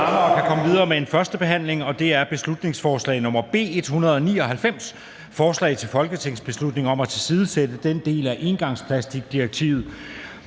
næste punkt på dagsordenen er: 45) 1. behandling af beslutningsforslag nr. B 199: Forslag til folketingsbeslutning om at tilsidesætte den del af engangsplastikdirektivet